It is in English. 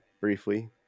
briefly